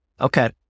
Okay